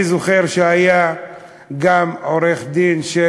אני זוכר שהוא היה גם עורך-דין של